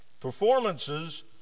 Performances